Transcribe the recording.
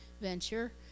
venture